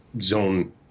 zone